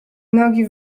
nogi